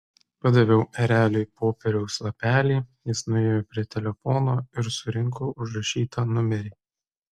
padaviau ereliui popieriaus lapelį jis nuėjo prie telefono ir surinko užrašytą numerį